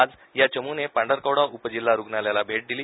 आज या चम्ने पांढरकवडा उपजिल्हा रुग्णालयाला भेट दिली